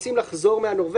למה, מה קרה?